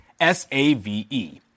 S-A-V-E